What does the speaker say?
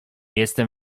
jestem